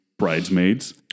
Bridesmaids